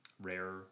rare